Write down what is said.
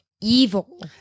evil